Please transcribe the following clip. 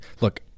look